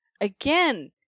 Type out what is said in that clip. Again